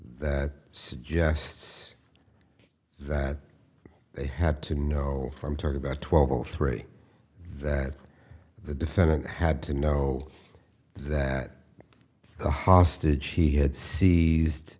that suggests that they had to know from talk about twelve o three that the defendant had to know that the hostage he had se